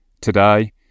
today